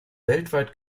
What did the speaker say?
weltweit